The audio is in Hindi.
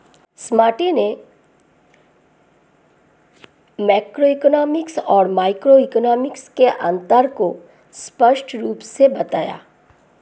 स्वीटी ने मैक्रोइकॉनॉमिक्स और माइक्रोइकॉनॉमिक्स के अन्तर को स्पष्ट रूप से बताया